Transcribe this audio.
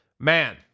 Man